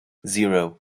zero